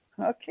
Okay